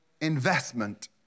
investment